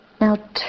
Now